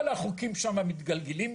כל החוקים שם מתגלגלים,